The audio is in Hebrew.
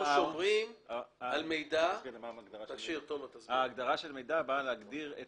באה להגדיר את